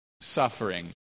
suffering